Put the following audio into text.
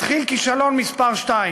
התחיל כישלון מספר שתיים: